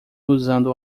usando